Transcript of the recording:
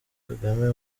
kagame